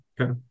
Okay